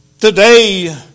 Today